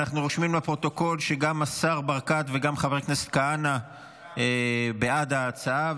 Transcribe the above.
אנחנו רושמים לפרוטוקול שגם השר ברקת וגם חבר הכנסת כהנא בעד ההצעה.